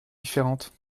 différentes